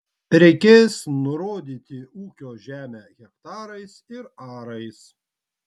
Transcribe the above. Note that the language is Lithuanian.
reikės nurodyti ūkio žemę hektarais ir arais